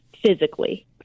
physically